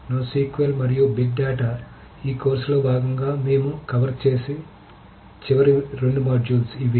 కాబట్టి NoSQL మరియు big data ఈ కోర్సులో భాగంగా మేము కవర్ చేసే చివరి రెండు మాడ్యూల్స్ ఇవి